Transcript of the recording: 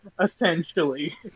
essentially